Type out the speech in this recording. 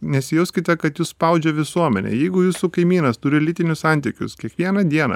nesijauskite kad jus spaudžia visuomenė jeigu jūsų kaimynas turi lytinius santykius kiekvieną dieną